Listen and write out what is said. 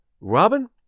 Robin